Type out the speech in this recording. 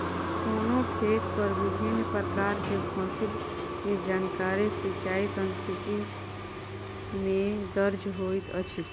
कोनो खेत पर विभिन प्रकार के फसिल के जानकारी सिचाई सांख्यिकी में दर्ज होइत अछि